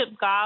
God